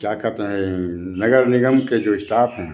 क्या कहते हैं ये नगर निगम के जो इस्टाफ हैं